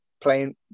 playing